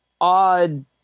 odd